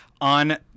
on